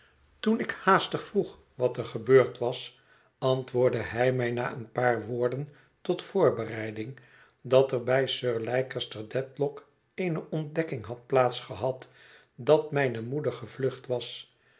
toen ik haastig vroeg wat er gebeurd was antwoordde hij mij na een paar woorden tot voorbereiding dat er bij sir leicester dedlock eene ontdekking had plaats gehad dat mijne moeder gevlucht was